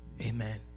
Amen